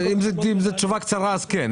אם זו תשובה קצרה, אז כן.